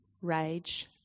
rage